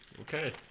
Okay